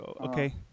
okay